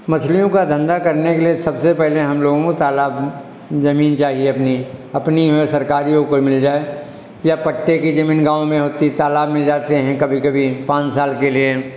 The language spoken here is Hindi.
मछलियों का धंधा करने के लिए सबसे पहले हम लोगों को तालाब जमीन चाहिए अपनी अपनी हुए सरकारी हो कोई मिल जाए या पट्टे की जमीन गाँव में होती तालाब मिल जाते हैं कभी कभी पाँच साल के लिए